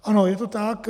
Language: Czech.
Ono je to tak.